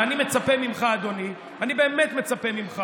ואני מצפה ממך, אדוני, אני באמת מצפה ממך